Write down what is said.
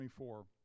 24